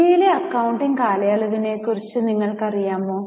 ഇന്ത്യയിലെ അക്കൌണ്ടിംഗ് കാലയളവിനെക്കുറിച് നിങ്ങൾക്കറിയാമോ